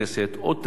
או טלפונית,